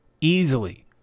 Easily